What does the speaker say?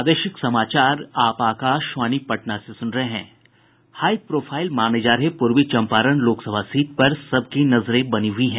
high profile माने जा रहे पूर्वी चंपारण लोक सभा सीट पर सबकी नजरें बनी हुई हैं